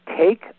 Take